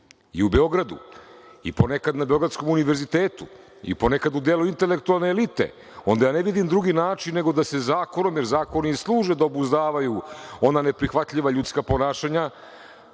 i u Beogradu i ponekad na Beogradskom univerzitetu i ponekad u delu intelektualne elite, onda ne vidim drugi način nego da se zakonom, jer zakoni služe da obuzdavaju ona neprihvatljiva ljudska ponašanja,